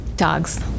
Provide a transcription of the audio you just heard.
Dogs